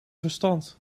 verstand